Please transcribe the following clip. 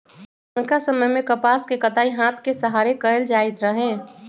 पुरनका समय में कपास के कताई हात के सहारे कएल जाइत रहै